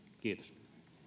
kiitos